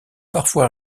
parfois